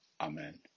Amen